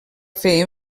fer